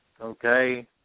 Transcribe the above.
Okay